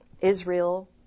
Israel